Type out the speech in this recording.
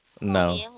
No